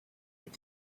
with